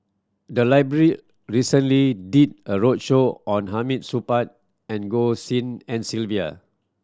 the library recently did a roadshow on Hamid Supaat and Goh Tshin En Sylvia